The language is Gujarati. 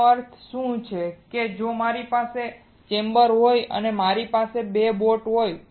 તેનો અર્થ શું છે કે જો મારી પાસે ચેમ્બર હોય અને જો મારી પાસે 2 બોટ હોય